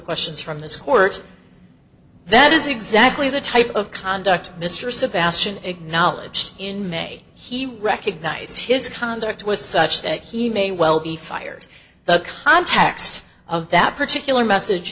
questions from this court that is exactly the type of conduct mr sebastian acknowledged in may he recognized his conduct was such that he may well be fired the context of that particular message